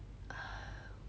oh